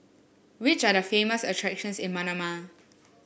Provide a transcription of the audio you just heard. which are the famous attractions in Manama